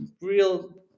real